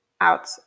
out